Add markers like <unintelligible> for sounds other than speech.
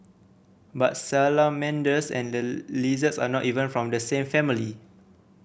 but salamanders and <unintelligible> lizards are not even from the same family